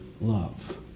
love